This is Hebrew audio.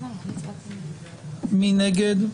מי נגד?